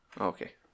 Okay